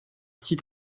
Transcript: site